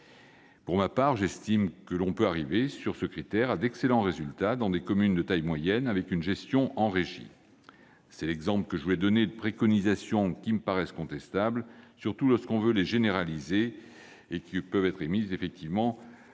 Pour ma part, j'estime que l'on peut arriver sur ce critère à d'excellents résultats dans des communes de taille moyenne avec une gestion en régie. C'est l'exemple que je voulais donner de préconisations qui me semblent contestables surtout lorsqu'on veut les généraliser. Elles peuvent être émises par la Cour des comptes